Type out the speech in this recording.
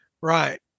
Right